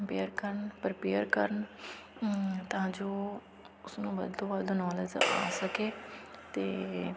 compare ਕਰਨ prepare ਕਰਨ ਤਾਂ ਜੋ ਉਸਨੂੰ ਵੱਧ ਤੋਂ ਵੱਧ ਨੌਲੇਜ ਆ ਸਕੇ ਅਤੇ